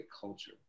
culture